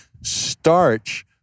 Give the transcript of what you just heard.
starch